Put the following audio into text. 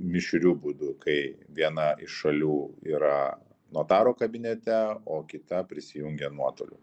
mišriu būdu kai viena iš šalių yra notaro kabinete o kita prisijungia nuotoliu